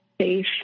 safe